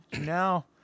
now